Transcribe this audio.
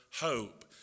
hope